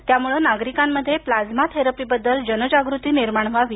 त्यामुळे नागरिकांमध्ये प्लाझ्मा थेरपीबद्दल जनजागृती निर्माण व्हावी